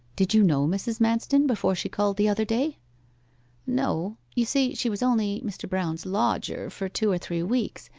did you know mrs. manston before she called the other day no. you see she was only mr. brown's lodger for two or three weeks,